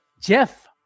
Jeff